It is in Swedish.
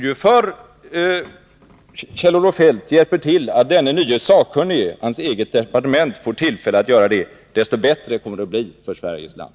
Ju förr Kjell-Olof Feldt medverkar till att denne nye sakkunnige i hans eget departement får tillfälle att göra vad han skriver om, desto bättre kommer det att bli för Sveriges land.